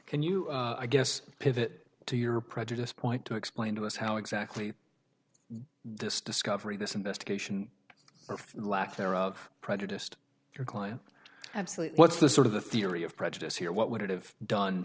can you i guess pivot to your prejudice point to explain to us how exactly this discovery this investigation or lack thereof prejudiced your client absolutely what's the sort of the theory of prejudice here what would it have done